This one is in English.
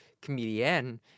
comedian